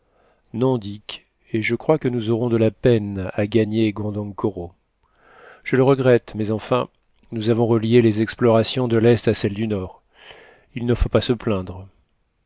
dick et je crois que nous aurons de la peine à gagner gondokoro je le regrette mais enfin nous avons relié les explorations de l'est à celles du nord il ne faut pas se plaindre